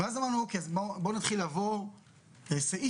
אז אמרנו בואו נתחיל לעבור סעיף,